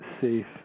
safe